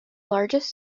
largest